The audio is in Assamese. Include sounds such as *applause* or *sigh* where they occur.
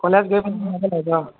কলেজ গৈ *unintelligible* মিলাব লাগিব ৰ